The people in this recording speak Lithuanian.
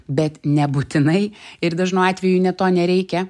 bet nebūtinai ir dažnu atveju ne to nereikia